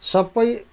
सबै